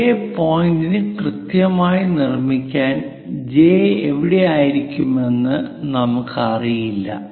J point കൃത്യമായി നിർമ്മിക്കാൻ J എവിടെയായിരിക്കുമെന്ന് നമുക്ക് അറിയില്ല